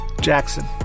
Jackson